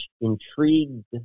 intrigued